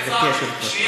השנייה,